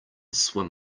swim